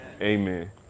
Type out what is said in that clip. Amen